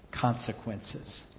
Consequences